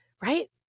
right